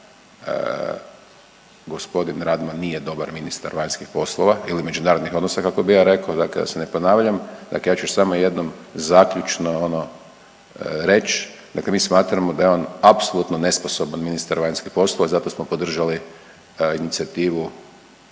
gospodin Radman nije dobar ministar vanjskih poslova ili međunarodnih odnosa kako bi ja rekao, dakle da se ne ponavljam. Dakle, ja ću još samo jednom zaključno ono reći, dakle mi smatramo da je on apsolutno nesposoban ministar vanjskih poslova i zato smo podržali inicijativu